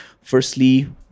Firstly